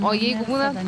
o jeigu būna